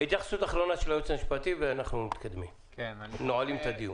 התייחסות אחרונה של היועץ המשפטי לוועדה ואנחנו נועלים את הדיון.